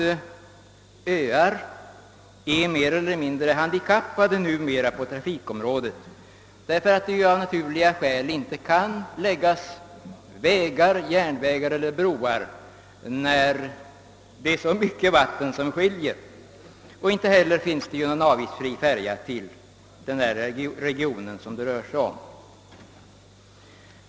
Öar är mer eller mindre handikappade på trafikområdet, eftersom det av naturliga skäl inte kan läggas vägar, järnvägar eller broar till dem när alltför mycket vatten skiljer. Inte heller finns det avgiftsfri färja till den region som här avses.